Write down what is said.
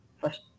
First